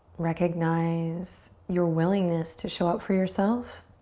recognize your willingness to show up for yourself.